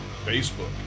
Facebook